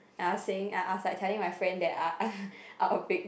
I was saying I I was like telling my friend that I uh I will pick